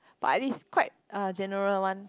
but at least quite uh general one